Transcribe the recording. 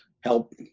help